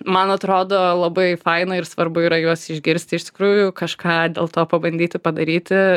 man atrodo labai faina ir svarbu yra juos išgirsti iš tikrųjų kažką dėl to pabandyti padaryti